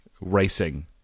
racing